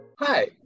Hi